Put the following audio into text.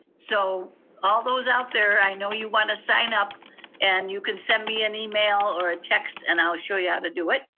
so all those out there, i know you want to sign up and you can send me an email or a text and i'll show you how to do it.